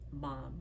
mom